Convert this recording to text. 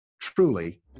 Truly